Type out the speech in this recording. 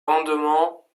rendements